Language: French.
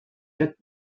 quatre